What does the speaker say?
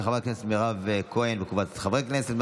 של חברת הכנסת מירב כהן וקבוצת חברי הכנסת.